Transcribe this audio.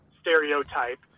stereotype